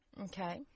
Okay